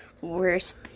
worst